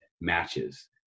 matches